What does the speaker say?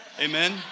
Amen